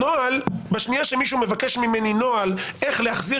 בשנייה שמישהו מבקש ממני נוהל איך להחזיר